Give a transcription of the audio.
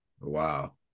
Wow